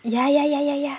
ya ya ya ya ya